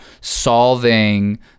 solving